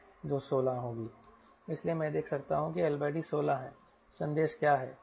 इसलिए मैं देख सकता हूं कि L D 16 है संदेश क्या है